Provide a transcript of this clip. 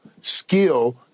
skill